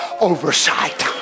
oversight